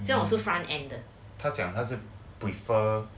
这种事 front end 的